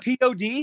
POD